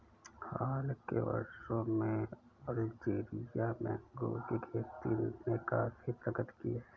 हाल के वर्षों में अल्जीरिया में अंगूर की खेती ने काफी प्रगति की है